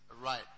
right